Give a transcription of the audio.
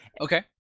Okay